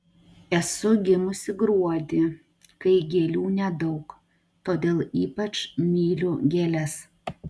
esu gimusi gruodį kai gėlių nedaug todėl ypač myliu gėles